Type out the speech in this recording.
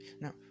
now